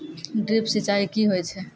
Drip सिंचाई कि होय छै?